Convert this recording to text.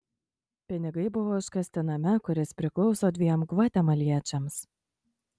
pinigai buvo užkasti name kuris priklauso dviem gvatemaliečiams